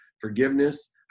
Forgiveness